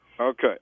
Okay